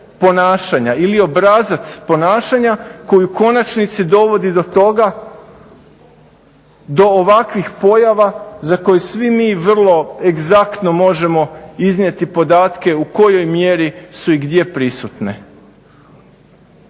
ponašanja ili obrazac ponašanja koji u konačnici dovodi do toga, do ovakvih pojava za koje svi mi vrlo egzaktno možemo iznijeti podatke u kojoj mjeri su i gdje prisutne.